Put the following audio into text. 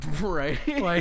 Right